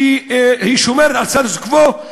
שהיא שומרת על הסטטוס-קוו,